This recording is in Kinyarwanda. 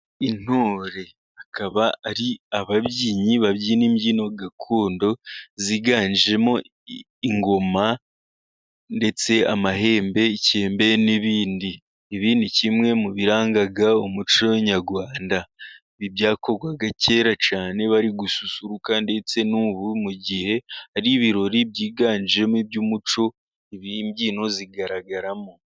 Intore zikaba ari ababyinnyi babyina imbyino gakondo ziganjemo ingoma ndetse amahembe, ikembe n'ibindi, ibi ni kimwe mu biranga umuco nyarwanda, byakorwaga kera cyane bari gususuruka, ndetse n'ubu mu gihe hari ibirori byiganjemo iby'umuco, imbyino zigaragaramo.